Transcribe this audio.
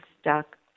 stuck